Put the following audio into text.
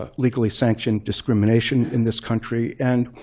ah legally sanctioned discrimination in this country. and